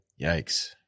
Yikes